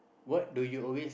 what do you always